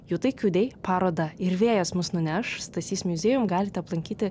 jutai kiudei paroda ir vėjas mus nuneš stasys muziejum galite aplankyti